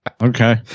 Okay